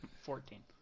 Fourteen